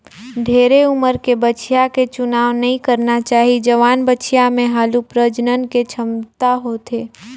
ढेरे उमर के बछिया के चुनाव नइ करना चाही, जवान बछिया में हालु प्रजनन के छमता होथे